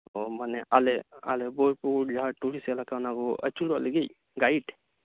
ᱳ ᱢᱟᱱᱮ ᱟᱞᱮ ᱟᱞᱮ ᱵᱳᱞᱯᱩᱨ ᱡᱟᱸᱦᱟ ᱴᱩᱨᱤᱥᱴ ᱮᱞᱟᱠᱟ ᱠᱚ ᱟᱹᱪᱩᱨᱚᱜ ᱞᱟᱹᱜᱤᱫ ᱜᱟᱭᱤᱰ